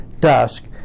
dusk